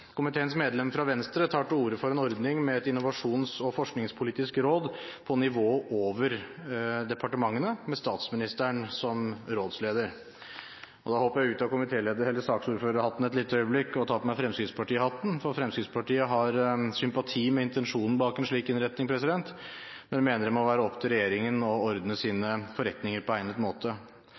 Komiteens medlem fra Venstre tar til orde for en ordning med et innovasjons- og forskningspolitisk råd på nivået over departementene, med statsministeren som rådsleder. Da tar jeg av meg saksordførerhatten et lite øyeblikk og tar på meg fremskrittspartihatten, for Fremskrittspartiet har sympati med intensjonen bak en slik innretting, men vi mener det må være opp til regjeringen å ordne sine forretninger på egnet måte.